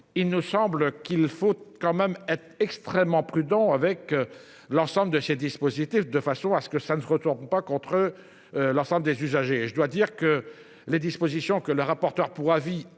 il ne semble qu'il faut quand même être extrêmement prudent avec l'ensemble de ces dispositifs de façon à ce que ça ne se retourne pas contre. L'ensemble des usagers et je dois dire que les dispositions que la rapporteure pour avis a